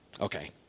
Okay